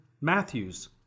Matthew's